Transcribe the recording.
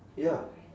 ya